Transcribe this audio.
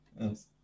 Yes